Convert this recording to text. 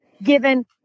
given